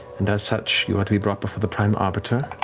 and as such, you are to be brought before the prime arbiter